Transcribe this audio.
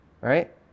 right